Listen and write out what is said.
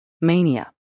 mania